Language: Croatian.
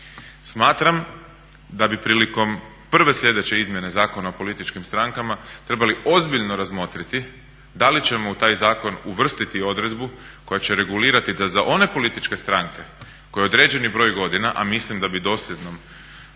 Smatram da bi prilikom prve sljedeće izmjene Zakona o političkim strankama trebali ozbiljno razmotriti da li ćemo u taj zakon uvrstiti odredbu koja će regulirati da za one političke stranke koje određeni broj godina a mislim da bi dosljednom